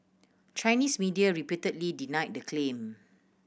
Chinese media repeatedly denied the claim